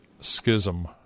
schism